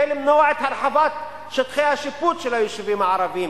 כדי למנוע את הרחבת שטחי השיפוט של היישובים הערביים,